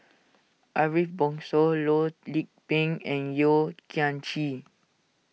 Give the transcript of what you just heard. Ariff Bongso Loh Lik Peng and Yeo Kian Chye